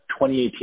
2018